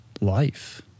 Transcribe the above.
life